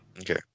Okay